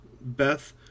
Beth